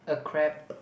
a crap